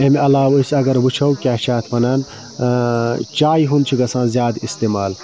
امہِ عَلاو اگر أسۍ وٕچھو کیاہ چھِ اتھ وَنان چایہِ ہُنٛد چھُ گَژھان زیادٕ اِستعمال